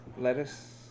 lettuce